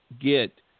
get